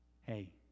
Hey